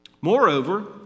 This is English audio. Moreover